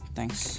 Thanks